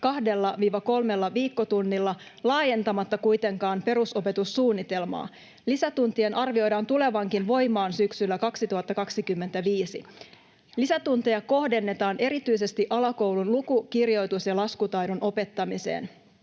2–3 viikkotunnilla laajentamatta kuitenkaan perusopetussuunnitelmaa. Lisätuntien arvioidaan tulevankin voimaan syksyllä 2025. Lisätunteja kohdennetaan erityisesti alakoulun luku-, kirjoitus- ja laskutaidon opettamiseen.